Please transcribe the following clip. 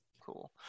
Cool